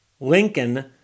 Lincoln